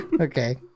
Okay